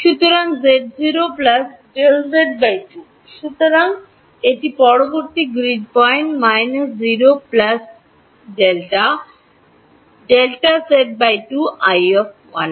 সুতরাং z0 Δz 2 সুতরাং এটি পরবর্তী গ্রিড পয়েন্ট 0 Δ Δz2 i 1